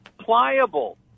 pliable